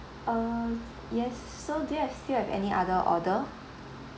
err yes so do you've still have any other order